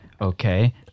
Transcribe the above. Okay